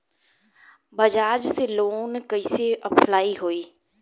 बज़ाज़ से लोन कइसे अप्लाई होई?